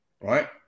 Right